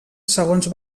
segons